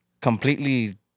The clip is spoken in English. completely